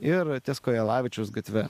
ir ties kojelavičiaus gatve